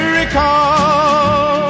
recall